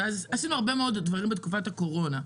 עשינו הרבה מאוד דברים בתקופת הקורונה.